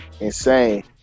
insane